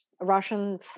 Russians